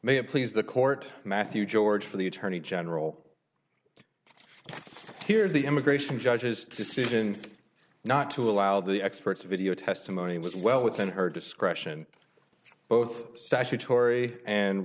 it please the court matthew george for the attorney general here the immigration judge's decision not to allow the experts video testimony was well within her discretion both statutory and